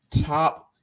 top